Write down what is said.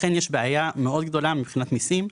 לכן יש בעיה מאוד גדולה מבחינת מיסים,